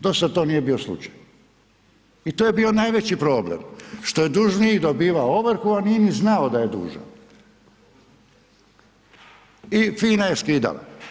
Dosad to nije bio slučaj i to je bio najveći problem što je dužnik dobivao ovrhu, a nije ni znao da je dužan i FINA je skidala.